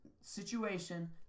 situation